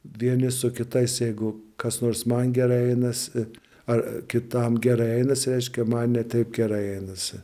vieni su kitais jeigu kas nors man gerai einasi ar kitam gerai einasi reiškia man ne taip gerai einasi